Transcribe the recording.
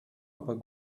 aber